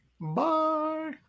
bye